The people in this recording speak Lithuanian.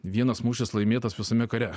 vienas mūšis laimėtas visame kare